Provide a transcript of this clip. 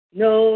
no